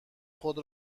خود